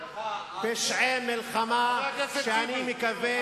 שאני מקווה,